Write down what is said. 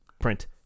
print